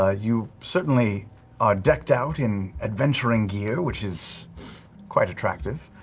ah you certainly are decked out in adventuring gear, which is quite attractive.